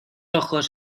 ojos